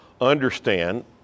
understand